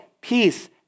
peace